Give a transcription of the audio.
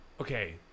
Okay